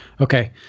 Okay